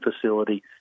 facility